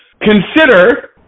consider